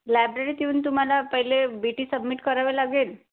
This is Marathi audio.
लायब्ररीत येऊन तुम्हाला पहिले बी टी सबमिट करावे लागेल